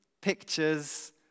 pictures